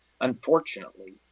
unfortunately